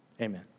amen